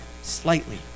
slightly